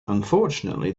unfortunately